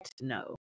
no